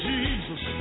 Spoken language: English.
Jesus